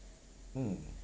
mm